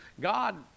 God